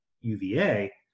UVA